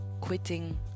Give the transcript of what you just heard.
quitting